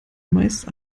meist